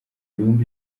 ibihumbi